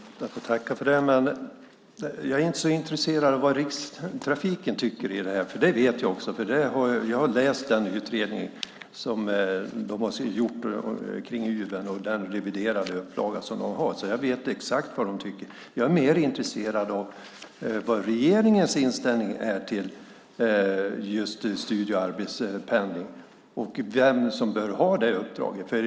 Fru talman! Jag tackar för det. Men jag är inte så intresserad av vad Rikstrafiken tycker om detta. Det vet jag eftersom jag har läst den utredning som de har gjort om Uven och den reviderade upplagan. Jag vet alltså exakt vad de tycker. Jag är mer intresserad av vad regeringens inställning till studie och arbetspendling är och vem som bör ha detta uppdrag.